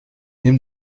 nimm